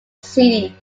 city